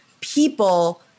people